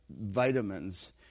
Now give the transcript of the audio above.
vitamins